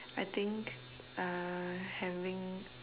I think uh having